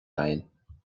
againn